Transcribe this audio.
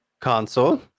console